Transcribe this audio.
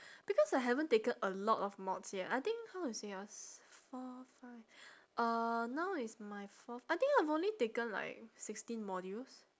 because I haven't taken a lot of mods yet I think how to say ah s~ four five uh now is my fourth I think I've only taken like sixteen modules